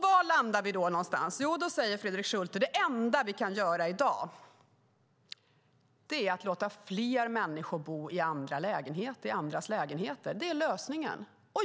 Var landar vi då någonstans? Fredrik Schulte säger att det enda vi kan göra i dag är att låta fler människor bo i andras lägenheter. Det är lösningen.